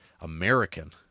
American